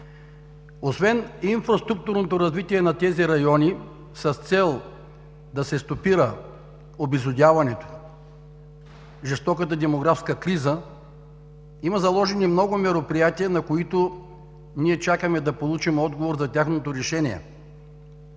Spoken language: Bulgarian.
Освен инфраструктурното развитие на тези райони с цел да се стопира обезлюдяването, жестоката демографска криза, има заложени много мероприятия, на които ние чакаме да получим отговор за тяхното решение.